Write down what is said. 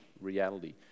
reality